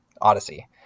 Odyssey